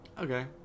Okay